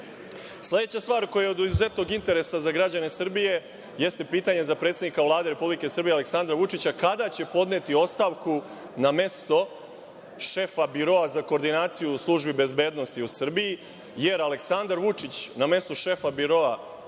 njih? Sledeća stvar koja je od izuzetnog interesa za građane Srbije jeste pitanje za predsednika Vlade Republike Srbije Aleksandra Vučića - kada će podneti ostavku na mesto šefa Biroa za koordinaciju službi bezbednosti u Srbiji? Aleksandar Vučić na mestu šefa biroa